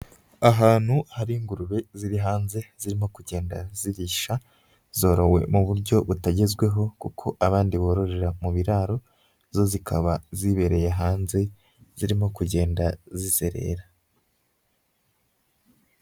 Ahantu hari ingurube ziri hanze, zirimo kugenda zirisha, zorowe mu buryo butagezweho, kuko abandi bororera mu biraro, zo zikaba zibereye hanze, zirimo kugenda zizerera.